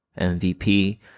MVP